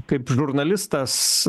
kaip žurnalistas